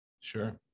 Sure